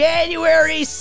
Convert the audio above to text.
January